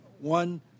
one